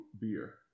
beer